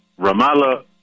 Ramallah